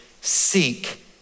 seek